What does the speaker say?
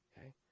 okay